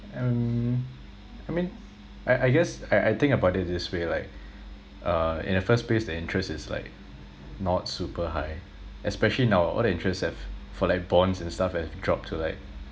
and I mean I I guess I I think about it this way like uh in the first place the interest is like not super high especially in our all the interests have for like bonds and stuff have dropped to like